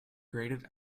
graded